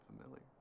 familiar